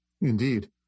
Indeed